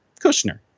Kushner